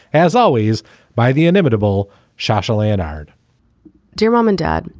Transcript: as always by the inimitable shasha laddered dear mom and dad,